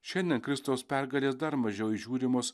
šiandien kristaus pergalės dar mažiau įžiūrimos